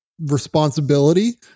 responsibility